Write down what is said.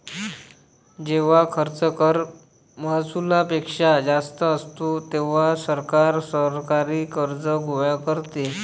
जेव्हा खर्च कर महसुलापेक्षा जास्त असतो, तेव्हा सरकार सरकारी कर्ज गोळा करते